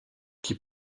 qui